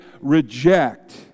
reject